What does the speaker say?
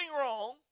wrong